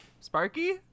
sparky